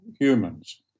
humans